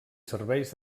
serveis